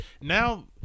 Now